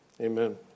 amen